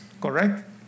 correct